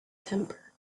temper